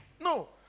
no